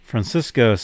Francisco